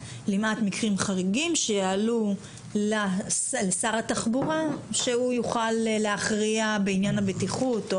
למעט מקרים חריגים שיעלו לשר התחבורה שהוא יוכל להכריע בעניין הבטיחות.